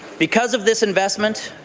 because of this investment,